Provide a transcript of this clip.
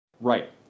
Right